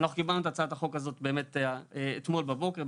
אנחנו קיבלנו את הצעת החוק הזאת באמת אתמול בבוקר,